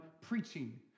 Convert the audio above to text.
preaching